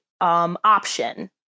option